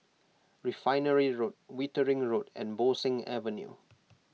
Refinery Road Wittering Road and Bo Seng Avenue